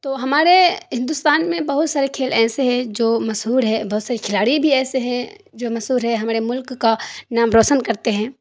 تو ہمارے ہندوستان میں بہت سارے کھیل ایسے ہیں جو مشہور ہے بہت سے کھلاڑی بھی ایسے ہیں جو مشہور ہے ہمارے ملک کا نام روشن کرتے ہیں